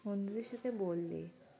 বন্ধুদের সাথে বললে